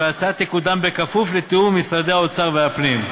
וההצעה תקודם בכפוף לתיאום עם משרדי האוצר והפנים.